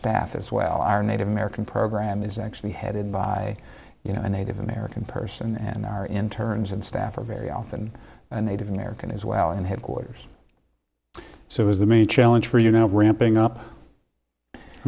staff as well are native american program is actually headed by you know a native american person and our interns and staff are very often a native american as well and headquarters so is the me challenge for you know ramping up